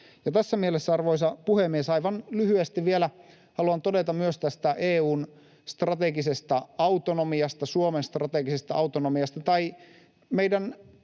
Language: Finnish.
tässä mielessä, arvoisa puhemies, aivan lyhyesti vielä haluan todeta myös tästä EU:n strategisesta autonomiasta, Suomen strategisesta autonomiasta tai meidän